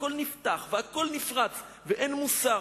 הכול נפתח והכול נפרץ ואין מוסר,